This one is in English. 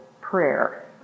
prayer